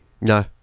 No